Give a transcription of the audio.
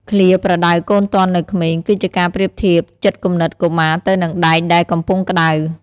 ឃ្លា «ប្រដៅកូនទាន់នៅក្មេង» គឺជាការប្រៀបធៀបចិត្តគំនិតកុមារទៅនឹងដែកដែលកំពុងក្ដៅ។